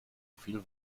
viel